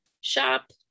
shop